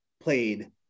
played